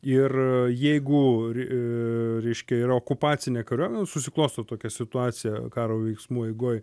ir jeigu re reiškia yra okupacinė kariuomenė susiklosto tokia situacija karo veiksmų eigoj